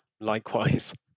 likewise